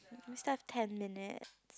we still have ten minutes